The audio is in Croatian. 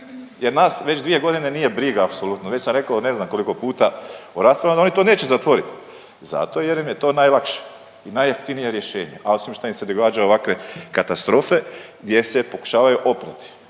jer nas već dvije godine nije briga apsolutno, već sam rekao ne znam koliko puta o raspravama da oni to neće zatvorit, zato im je to najlakše i najjeftinije rješenje, a osim što im se događaju ovakve katastrofe gdje se pokušavaju oprati.